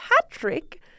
Patrick